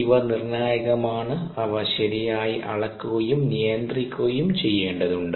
ഇവ നിർണായകമാണ് അവ ശരിയായി അളക്കുകയും നിയന്ത്രിക്കുകയും ചെയ്യേണ്ടതുണ്ട്